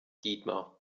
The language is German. dietmar